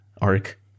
arc